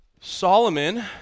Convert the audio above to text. Solomon